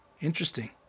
Interesting